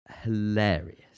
hilarious